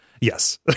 Yes